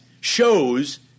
shows